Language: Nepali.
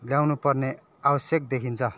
ल्याउनु पर्ने आवश्यक देखिन्छ